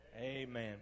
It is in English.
Amen